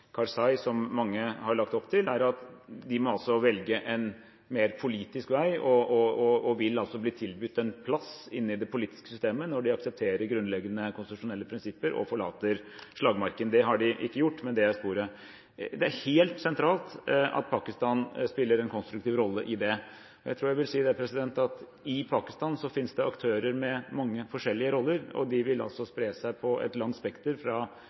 Karzai, som mange har lagt opp til, at de må velge en mer politisk vei, og vil altså bli tilbudt en plass inne i det politiske systemet når de aksepterer grunnleggende konstitusjonelle prinsipper og forlater slagmarken. Det har de ikke gjort, men det er sporet. Det er helt sentralt at Pakistan spiller en konstruktiv rolle i det. Jeg tror jeg vil si at i Pakistan finnes det aktører med mange forskjellige roller, og de vil spre seg over et langt spekter,